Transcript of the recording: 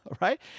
right